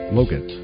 Logan